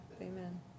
Amen